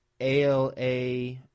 ALA